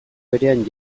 berean